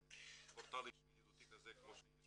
ופורטל אישי ידידותי כזה כמו שיש